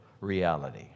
reality